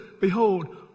Behold